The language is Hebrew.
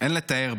אין לתאר.